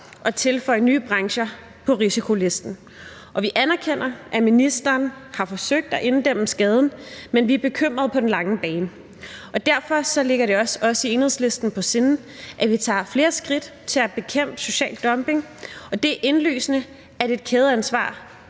og tilføje nye brancher til risikolisten. Og vi anerkender, at ministeren har forsøgt at inddæmme skaden, men vi er bekymrede på den lange bane. Derfor ligger det også os i Enhedslisten på sinde, at vi tager flere skridt til at bekæmpe social dumping, og det er indlysende, at et kædeansvar